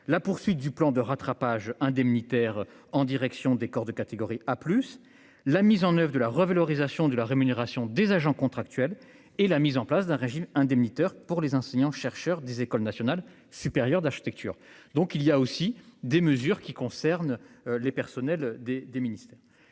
la poursuite du plan de rattrapage indemnitaire en direction des corps de catégorie A, plus la mise en oeuvre de la revalorisation de la rémunération des agents contractuels et la mise en place d'un régime indemnitaire pour les enseignants chercheurs des École nationale supérieure d'architecture, donc il y a aussi des mesures qui concernent les personnels des des ministères